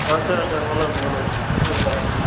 ଆଚ୍ଛା ଆଚ୍ଛା ବନାନ୍ତୁ ବନାନ୍ତୁ ଭଲସେ ବନାନ୍ତୁ